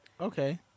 Okay